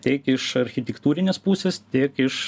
tiek iš architektūrinės pusės tiek iš